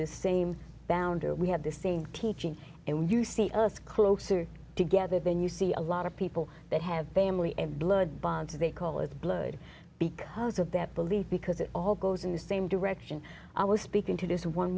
the same founder we had the same teaching and you see earth closer together then you see a lot of people that have bambery and blood bonds they call it blood because of that belief because it all goes in the same direction i was speaking to this one